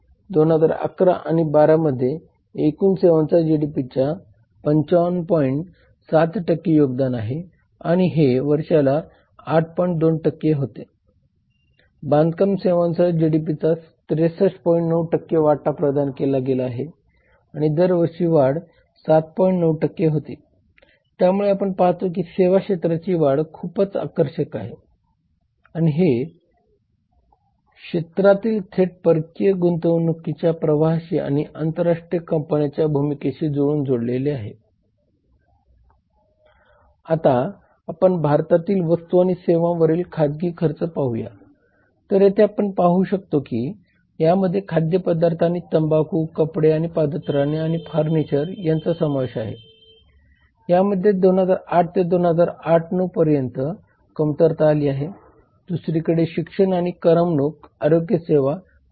त्यानंतर सेवा संघाचा लॉबिंग गट म्हणून वापर करणे येते लॉबिंगशी संबंधित विद्यमान कायदे माहित असणे आवश्यक आहे जेणेकरून लॉबिंग करताना कंपन्या यापैकी कोणत्याही लॉबचे उल्लंघन करू नये जसे की सरकारी अधिकाऱ्यांच्या कामकाजाची माहिती असलेल्या आणि सेवा संस्थेच्या कामकाजावर सरकारी सहभाग व्यवस्थापित करण्याची क्षमता असलेल्या अधिकाऱ्यांना नियुक्त करण्याची क्षमताअसणे